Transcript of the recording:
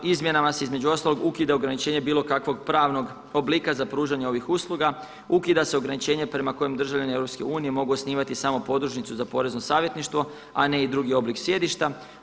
Izmjenama se između ostalog ukida ograničenje bilo kakvog pravnog oblika za pružanje ovih usluga, ukida se ograničenje prema kojima državljani Europske unije mogu osnivati samo podružnicu za porezno savjetništvo, a ne i drugi oblik sjedišta.